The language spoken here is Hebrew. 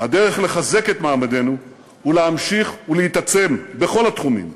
הדרך לחזק את מעמדנו היא להמשיך ולהתעצם בכל התחומים.